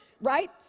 Right